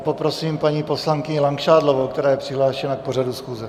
Poprosím paní poslankyni Langšádlovou, která je přihlášena k pořadu schůze.